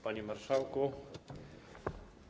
Panie Marszałku!